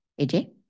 AJ